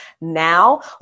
now